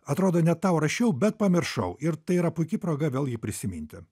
atrodo net tau rašiau bet pamiršau ir tai yra puiki proga vėl jį prisiminti